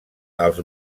als